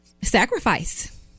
sacrifice